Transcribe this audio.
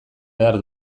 behar